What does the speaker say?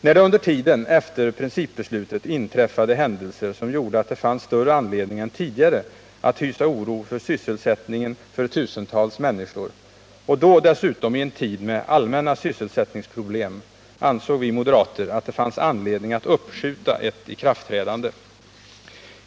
När det under tiden efter principbeslutet inträffade händelser som gjorde att det fanns större anledning än tidigare att hysa oro för sysselsättningen för tusentals människor — och då dessutom i en tid med allmänna sysselsättningsproblem — ansåg vi moderater att det fanns anledning att uppskjuta ett ikraftträdande.